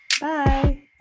bye